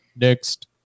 Next